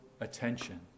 attention